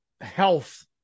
health